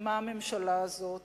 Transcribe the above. מה הממשלה הזאת,